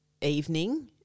evening